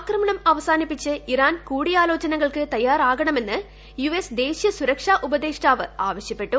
ആക്രമണം അവസാനിപ്പിച്ച് ഇറാൻ കൂടിയാലോചനകൾക്ക് തയ്യാറാവണമെന്ന് യു എസ് ദേശീയ സുരക്ഷാ ഉപദേഷ്ടാവ് ആവിശ്യപ്പെട്ടു